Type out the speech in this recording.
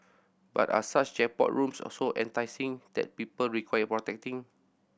but are such jackpot rooms also enticing that people require protecting